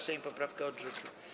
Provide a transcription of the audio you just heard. Sejm poprawkę odrzucił.